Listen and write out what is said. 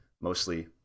mostly